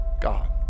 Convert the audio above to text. God